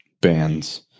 bands